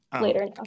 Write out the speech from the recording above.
later